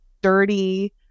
dirty